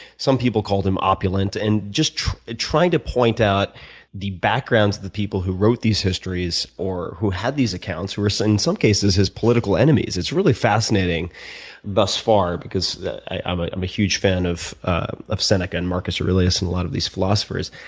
some people called him opulent. and just trying to point out the backgrounds to the people who wrote these histories or who had these accounts who were, so in some cases, his political enemies. it's really fascinating thus far because i'm ah i'm a huge fan of ah of seneca and marcus aurelius and a lot of these philosophers.